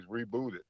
rebooted